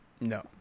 No